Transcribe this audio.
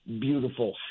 beautiful